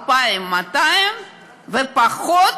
2,200 פחות